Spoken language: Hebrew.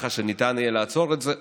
ככה שניתן יהיה לעצור את זה.